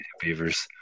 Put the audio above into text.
beavers